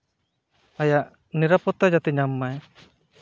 ᱟᱭᱟᱜ ᱱᱤᱨᱟᱯᱚᱛᱛᱟ ᱡᱟᱛᱮ ᱧᱟᱢ ᱢᱟᱭ